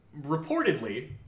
reportedly